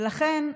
לכן,